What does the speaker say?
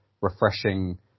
refreshing